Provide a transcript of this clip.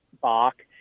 Bach